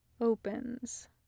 opens